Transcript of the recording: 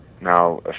Now